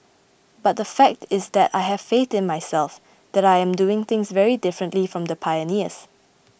but the fact is that I have faith in myself that I am doing things very differently from the pioneers